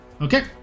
Okay